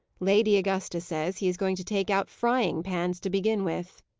lady augusta says he is going to take out frying-pans to begin with.